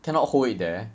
cannot hold it there